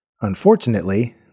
Unfortunately